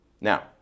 Now